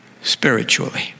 spiritually